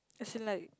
as in like